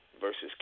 Versus